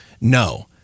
no